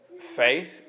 faith